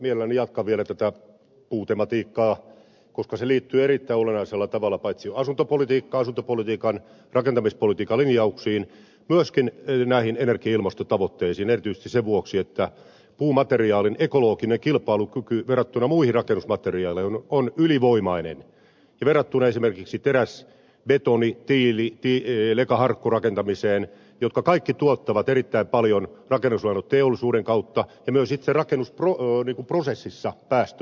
mielelläni jatkan vielä tätä puutematiikkaa koska se liittyy erittäin olennaisella tavalla paitsi asuntopolitiikan rakentamispolitiikan linjauksiin myöskin näihin energia ja ilmastotavoitteisiin erityisesti sen vuoksi että puumateriaalin ekologinen kilpailukyky verrattuna muihin rakennusmateriaaleihin on ylivoimainen verrattuna esimerkiksi teräs betoni tiili lekaharkkorakentamiseen jotka kaikki tuottavat erittäin paljon päästöjä rakennusaineteollisuuden kautta ja myös itse rakennusprosessissa